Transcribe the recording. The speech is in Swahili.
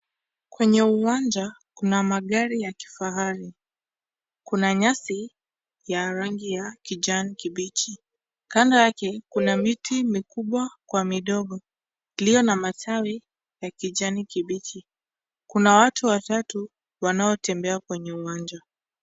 Kwenye uwanja kuna magari ya kifahari. Kuna nyasi ya rangi ya kijani kibichi. Kando yake kuna miti mikubwa kwa midogo iliyo na matawi ya kijani kibichi. Kuna watu watatu wanaotembea kwenye uwanja.